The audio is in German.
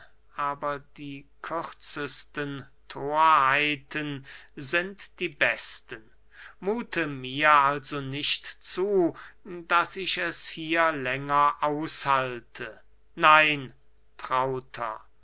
aber die kürzesten thorheiten sind die besten muthe mir also nicht zu daß ich es hier länger aushalte nein trauter